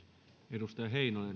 arvoisa